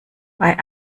bei